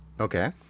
Okay